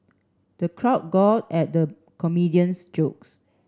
the crowd at the comedian's jokes